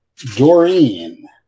Doreen